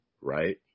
Right